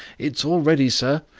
it's all ready, sir.